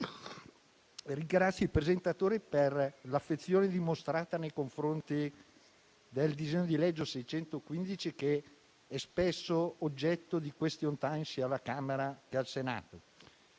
ringrazio i presentatori per l'affezione dimostrata nei confronti del disegno di legge n. 615, che è spesso oggetto di *question time*, sia alla Camera dei deputati